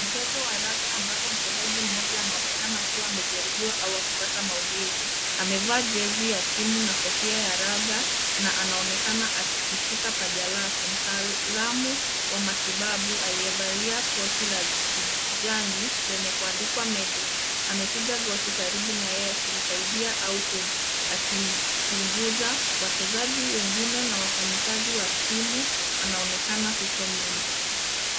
Mchezo wa raga ambapo mchezaji mmoja anaonekana akiwa amejeruhiwa au akipata maumivu. Amevaa jezi ya timu na kofia ya raga na anaonekana akishika paja lake. Mtaalamu wa matibabu aliyevalia koti la kijani lenye kuandikwa medic amepiga goti karibu na yeye akimsaidia au kum- akimchunguza. Wachezaji wengine na wafanyakazi wa timu wanaonekana huko nyuma.